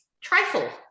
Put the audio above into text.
trifle